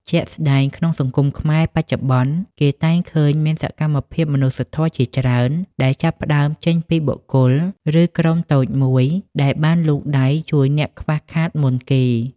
ជាក់ស្តែងក្នុងសង្គមខ្មែរបច្ចុប្បន្ន គេតែងឃើញមានសកម្មភាពមនុស្សធម៌ជាច្រើន ដែលចាប់ផ្តើមចេញពីបុគ្គល ឬក្រុមតូចមួយដែលបានលូកដៃជួយអ្នកខ្វះខាតមុនគេ។